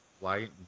light